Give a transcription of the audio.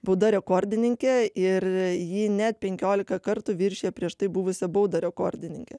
bauda rekordininkė ir ji net penkiolika kartų viršijo prieš tai buvusią baudą rekordininkę